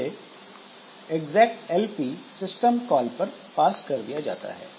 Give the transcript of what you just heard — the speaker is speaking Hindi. इसे execlp सिस्टम कॉल पर पास कर दिया जाता है